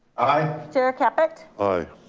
aye. chair caput. aye.